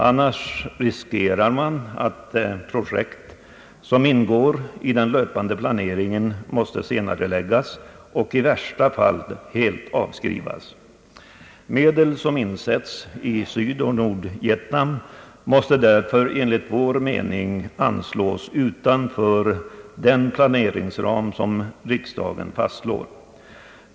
Annars riskerar man att projekt som ingår i den löpande planeringen måste senareläggas och i värsta fall helt avskrivas. Medel som insätts i Sydoch Nordvietnam måste därför enligt vår mening anslås utanför den planeringsram som riksdagen fastslår.